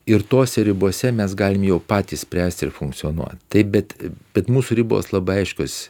ir tose ribose mes galim jau patys spręst ir funkcionuot taip bet bet mūsų ribos labai aiškios